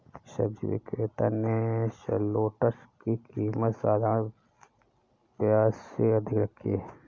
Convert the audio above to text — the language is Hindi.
सब्जी विक्रेता ने शलोट्स की कीमत साधारण प्याज से अधिक रखी है